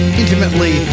intimately